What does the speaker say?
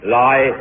lie